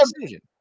decision